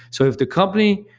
so if the company,